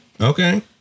okay